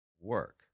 work